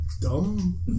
dumb